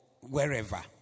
wherever